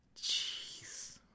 Jeez